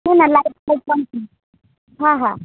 એના light shade પણ છે હા હા